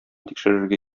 тикшерергә